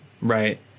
Right